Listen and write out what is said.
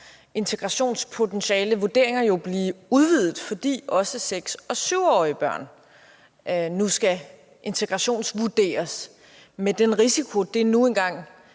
integrationspotentialevurdering, blive udvidet, fordi også 6- og 7-årige børn nu skal integrationsvurderes med den risiko, det nu engang